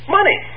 Money